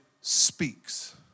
Speaks